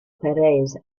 perez